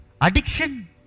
Addiction